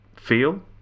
feel